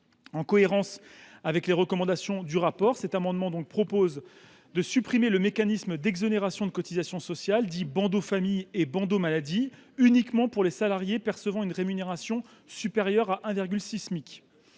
En cohérence avec les recommandations du rapport, cet amendement tend donc à supprimer les mécanismes d’exonérations de cotisations sociales dits bandeau famille et bandeau maladie uniquement pour les salariés percevant une rémunération supérieure à 1,6 Smic.